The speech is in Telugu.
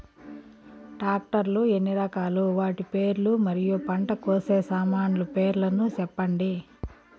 టాక్టర్ లు ఎన్ని రకాలు? వాటి పేర్లు మరియు పంట కోసే సామాన్లు పేర్లను సెప్పండి?